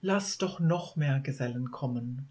laßt doch noch mehr gesellen kommen